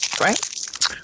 right